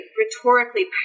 rhetorically